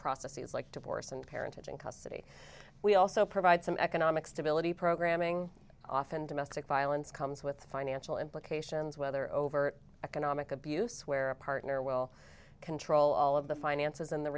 processes like divorce and parenting custody we also provide some economic stability programming often domestic violence comes with financial implications whether overt economic abuse where a partner will control all of the finances in the